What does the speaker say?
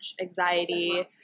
anxiety